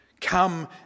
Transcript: Come